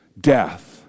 death